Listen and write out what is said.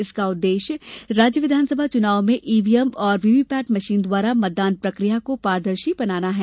इसका उद्देश्य राज्य विधानसभा चुनाव में ईवीएम और वीवीपैट मशीन द्वारा मतदान प्रक्रिया को पारदर्शी बनाना है